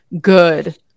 good